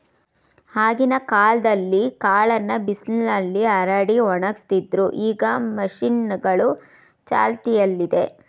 ಆಗಿನ ಕಾಲ್ದಲ್ಲೀ ಕಾಳನ್ನ ಬಿಸಿಲ್ನಲ್ಲಿ ಹರಡಿ ಒಣಗಿಸ್ತಿದ್ರು ಈಗ ಮಷೀನ್ಗಳೂ ಚಾಲ್ತಿಯಲ್ಲಿದೆ